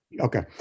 Okay